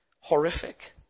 horrific